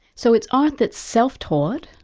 so it's art that's self-taught,